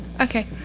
okay